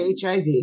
HIV